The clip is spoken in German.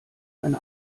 eine